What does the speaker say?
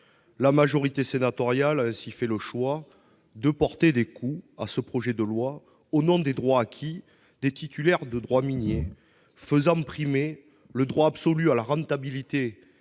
La majorité sénatoriale a ainsi fait le choix de porter des coups à ce projet de loi au nom des droits acquis des titulaires de droits miniers, faisant primer le droit absolu à la rentabilité